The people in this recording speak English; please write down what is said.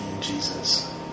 Jesus